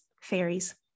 fairies